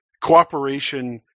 Cooperation